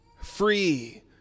Free